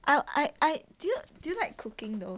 I I I do you do you like cooking though